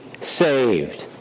saved